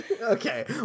Okay